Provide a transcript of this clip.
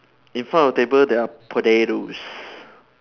in front of the table there are potatoes